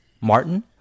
Martin